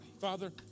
Father